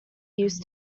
used